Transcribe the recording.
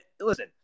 listen